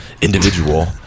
individual